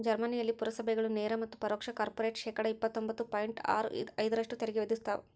ಜರ್ಮನಿಯಲ್ಲಿ ಪುರಸಭೆಗಳು ನೇರ ಮತ್ತು ಪರೋಕ್ಷ ಕಾರ್ಪೊರೇಟ್ ಶೇಕಡಾ ಇಪ್ಪತ್ತೊಂಬತ್ತು ಪಾಯಿಂಟ್ ಆರು ಐದರಷ್ಟು ತೆರಿಗೆ ವಿಧಿಸ್ತವ